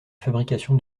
fabrication